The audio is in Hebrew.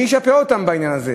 מי ישפה אותם בעניין הזה?